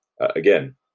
Again